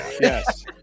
Yes